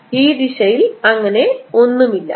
ഈ z ദിശയിൽ അങ്ങനെ ഒന്നുമില്ല